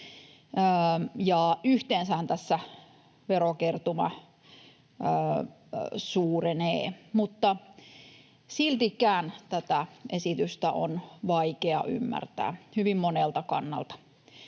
yhteensähän tässä verokertymä suurenee, mutta siltikin tätä esitystä on vaikea ymmärtää, hyvin monelta kannalta.